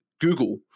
Google